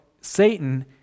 Satan